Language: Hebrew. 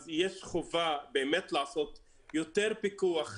אז יש חובה באמת לעשות יותר פיקוח מדויק.